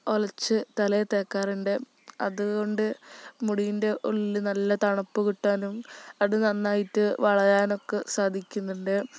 ഒലച്ച് തലയില് തേക്കാറുണ്ട് അതുകൊണ്ട് മുടീൻ്റെ ഉള്ളില് നല്ല തണുപ്പു കിട്ടാനും അതു നന്നായിട്ട് വളരാനുമൊക്കെ സാധിക്കുന്നുണ്ട്